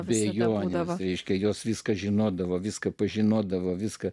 vėliava neva reiškia jos viską žinodavo viską pažinodavo viską